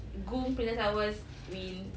goong princess hours win